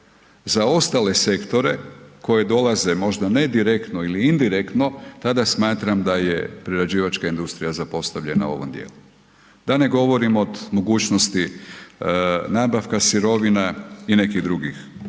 za ostale sektore koje dolaze možda ne direktno ili indirektno, tada smatram da je prerađivačka industrija zapostavljena u ovom djelu, da ne govorim od mogućnosti nabavka sirovina i nekih drugih